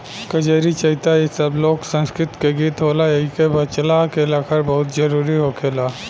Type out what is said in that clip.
कजरी, चइता इ सब लोक संस्कृति के गीत होला एइके बचा के रखल बहुते जरुरी होखेला